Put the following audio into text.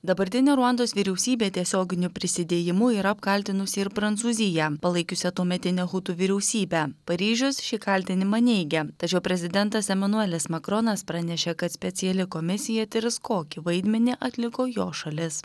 dabartinė ruandos vyriausybė tiesioginiu prisidėjimu yra apkaltinusi ir prancūziją palaikiusią tuometinę hutų vyriausybę paryžius šį kaltinimą neigia tačiau prezidentas emanuelis makronas pranešė kad speciali komisija tirs kokį vaidmenį atliko jo šalis